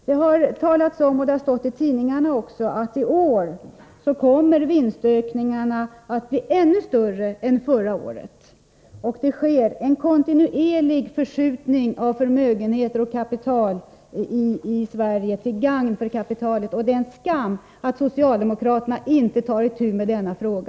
Det har talats om och stått i tidningarna att vinstökningarna i år kommer att bli ännu större än förra året. Det sker en kontinuerlig förskjutning av förmögenheter och kapital i Sverige till gagn för kapitalet. Det är en skam att socialdemokraterna inte tar itu med denna fråga.